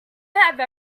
have